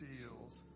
seals